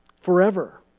forever